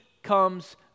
Comes